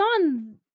on